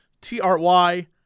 T-R-Y